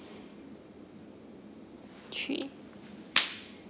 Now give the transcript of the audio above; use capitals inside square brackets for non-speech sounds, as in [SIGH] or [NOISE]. three [NOISE]